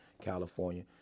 California